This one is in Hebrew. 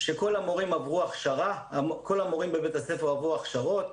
שכל המורים בבית הספר עברו הכשרות,